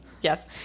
Yes